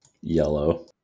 yellow